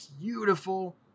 beautiful